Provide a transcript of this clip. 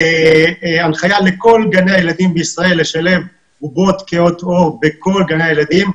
הנחיה לכל גני הילדים בישראל לשלב בובות כהות עור בכל גני הילדים.